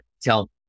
tell